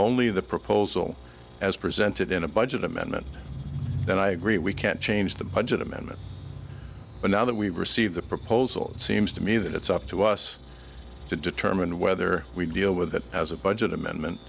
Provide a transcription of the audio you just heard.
only the proposal as presented in a budget amendment then i agree we can't change the budget amendment but now that we receive the proposal seems to me that it's up to us to determine whether we deal with it as a budget amendment